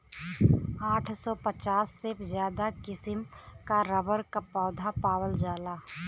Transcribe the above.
आठ सौ पचास से ज्यादा किसिम क रबर क पौधा पावल जाला